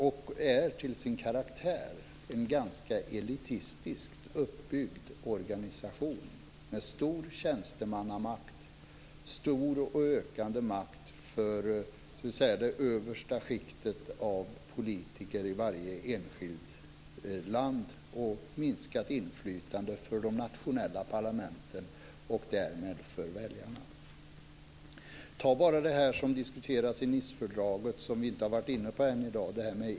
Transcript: EU är till sin karaktär en ganska elitistiskt uppbyggd organisation med stor tjänstemannamakt, stor och ökande makt för det översta skiktet av politiker i varje enskilt land och minskat inflytande för de nationella parlamenten och därmed för väljarna. Ta bara frågan om Europapartier, som diskuteras i Nicefördraget och som vi ännu inte har varit inne på i dag.